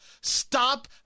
Stop